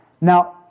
Now